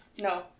No